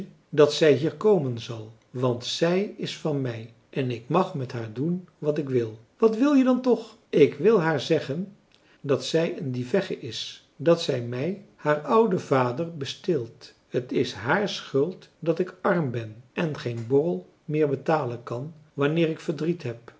dat zij hier komen zal want zij is van mij en ik mag met haar doen wat ik wil wat wil je dan toch ik wil haar zeggen dat zij een diefegge is dat zij mij haar ouden vader besteelt t is haar schuld dat ik arm ben en geen borrel meer betalen kan wanneer ik verdriet heb